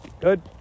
Good